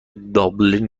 دابلین